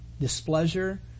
displeasure